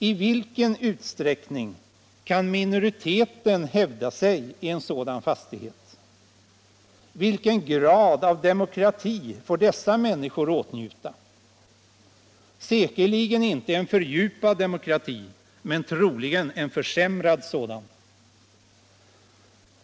I vilken utsträckning kan minoriteten hävda sig i en sådan fastighet? Vilken grad av demokrati får dessa människor åtnjuta? Säkerligen inte en fördjupad demokrati, men troligen en försämrad sådan.